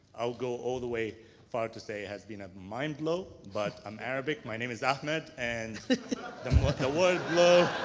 i'll go all the way far to say it has been a mind blow but i'm arabic. my name is ahmed and the word blow.